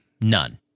None